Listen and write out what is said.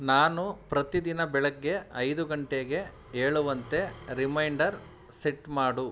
ನಾನು ಪ್ರತಿದಿನ ಬೆಳಗ್ಗೆ ಐದು ಗಂಟೆಗೆ ಏಳುವಂತೆ ರಿಮೈಂಡರ್ ಸೆಟ್ ಮಾಡು